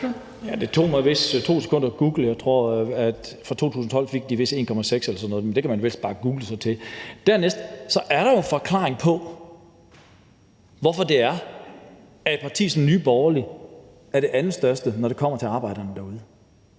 Det tog mig vist 2 sekunder at google. Jeg tror, at fra 2012 fik de vist 1,6 mio. kr. Men det kan man vist bare google sig til. Dernæst er der jo en forklaring på, hvorfor det er, at et parti som Nye Borgerlige er det andet største, når det kommer til arbejderne derude.